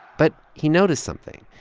but he noticed something,